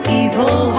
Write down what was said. evil